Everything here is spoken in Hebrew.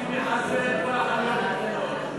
התשע"ג 2013, לוועדה שתקבע ועדת הכנסת